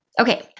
Okay